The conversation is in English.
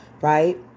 right